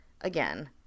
again